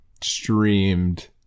streamed